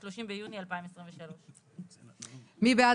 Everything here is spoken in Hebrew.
30 ביוני 2023. מי בעד